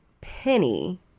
Penny